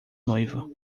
noivo